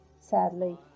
sadly